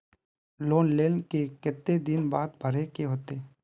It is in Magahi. लोन लेल के केते दिन बाद भरे के होते?